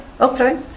Okay